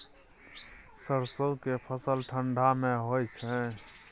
सरसो के फसल ठंडा मे होय छै?